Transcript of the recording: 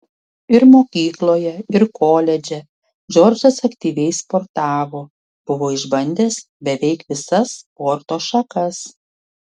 ir mokykloje ir koledže džordžas aktyviai sportavo buvo išbandęs beveik visas sporto šakas